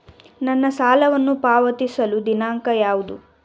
ನನ್ನ ಸಾಲವನ್ನು ಪಾವತಿಸುವ ದಿನಾಂಕ ಯಾವುದು?